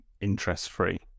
interest-free